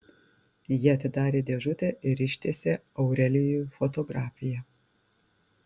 ji atidarė dėžutę ir ištiesė aurelijui fotografiją